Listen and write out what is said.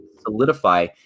solidify